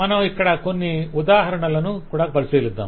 మనం ఇక్కడ కొన్ని ఇతర ఉదాహరణలను కూడా పరిశీలిద్దాం